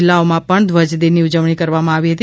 જિલ્લાઓમાં પણ દ્વજદિનની ઉજવણી કરવામાં આવી હતી